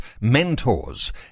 mentors